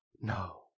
no